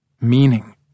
Meaning